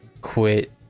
quit